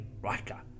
Riker